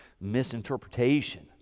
misinterpretation